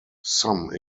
some